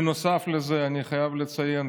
נוסף לזה אני חייב לציין,